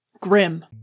Grim